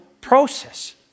process